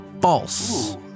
false